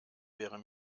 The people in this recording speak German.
wäre